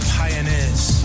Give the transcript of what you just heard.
pioneers